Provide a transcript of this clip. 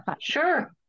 sure